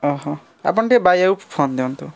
ଓ ହୋ ଆପଣ ଟିକେ ବ୍ୟାୟାକୁ ଫୋନ୍ ଦିଅନ୍ତୁ